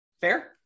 fair